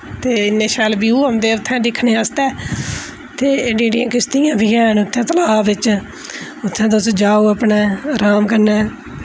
ते इन्ने शैल व्यू होंदे उत्थै दिक्खने आस्तै ते एड्डी एड्डियां किश्तियां बी हैन उत्थै तलाऽ बिच उत्थै तुस जाओ अपने राम कन्नै